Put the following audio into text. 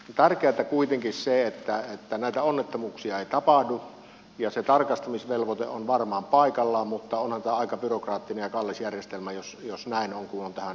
tärkeätä on kuitenkin se että näitä onnettomuuksia ei tapahdu ja se tarkastamisvelvoite on varmaan paikallaan mutta onhan tämä aika byrokraattinen ja kallis järjestelmä jos näin on kuin on tähän valiokunnan tekstiin kirjoitettu